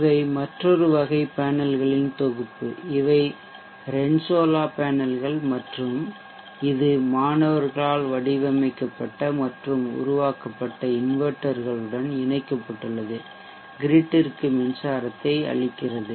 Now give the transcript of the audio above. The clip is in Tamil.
இவை மற்றொரு வகை பேனல்களின் தொகுப்பு இவை ரென்சோலா பேனல்கள் மற்றும் இது மாணவர்களால் வடிவமைக்கப்பட்ட மற்றும் உருவாக்கப்பட்ட இன்வெர்ட்டர்களுடன் இணைக்கப்பட்டுள்ளது கிரிட்ற்கு மின்சாரத்தை அளிக்கிறது